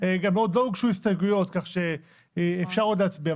גם עוד לא הוגשו הסתייגויות כך שאפשר עוד להצביע.